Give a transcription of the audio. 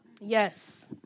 Yes